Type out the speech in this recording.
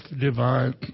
divine